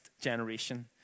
generation